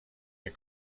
این